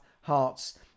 Hearts